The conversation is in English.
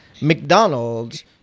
McDonald's